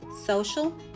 social